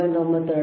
9 5